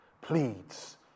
pleads